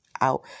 out